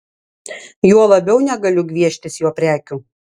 juo labiau negaliu gvieštis jo prekių